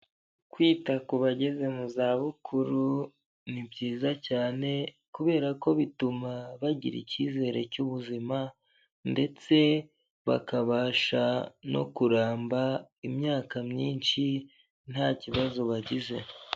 Kwita ku bageze mu zabukuru ni byiza cyane, kubera ko bituma bagira icyizere cy'ubuzima, ndetse bakabasha no kuramba imyaka myinshi, nta kibazo bagize.